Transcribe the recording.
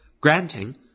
granting